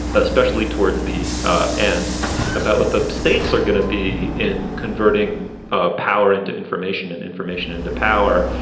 especially towards the ah and about what the stakes are going to be in converting ah power into information and information into power.